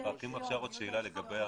רוצים לדבר,